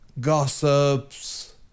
Gossips